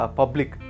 public